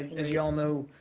as you all know,